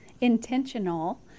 intentional